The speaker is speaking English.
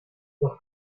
the